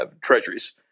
treasuries